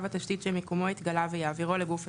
התשתית שמיקומו התגלה ויעבירו לגוף התשתית,